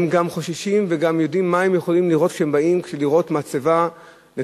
הם גם חוששים ויודעים מה הם יכולים לראות כשהם באים: לראות מצבה מנותצת,